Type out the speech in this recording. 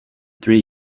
three